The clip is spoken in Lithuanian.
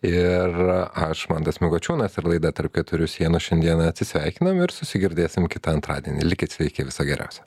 ir aš mantas mikučiūnas ir laida tarp keturių sienų šiandieną atsisveikinam ir susigirdėsim kitą antradienį likit sveiki viso geriausio